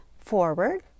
forward